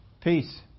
Peace